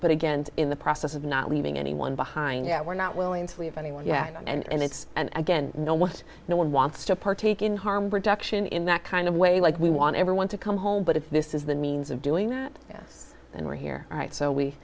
but again in the process of not leaving anyone behind that we're not willing to leave anyone yet and it's and again know what no one wants to partake in harm reduction in that kind of way like we want everyone to come home but if this is the means of doing this and we're here right so we